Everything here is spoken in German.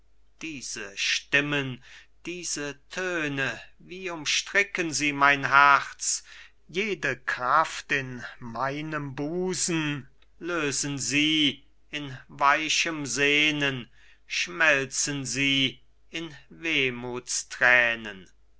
diese stimmen diese töne wie umstricken sie mein herz jede kraft in meinem busen lösen sie in weichem sehnen schmelzen sie in wehmuts tränen